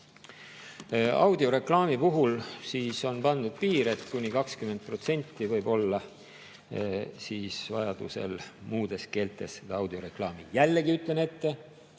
Audioreklaami puhul on pandud piir, et kuni 20% võib olla vajadusel muudes keeltes audioreklaami. Jällegi ütlen